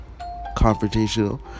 confrontational